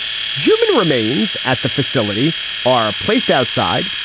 human remains at the facility are placed outside,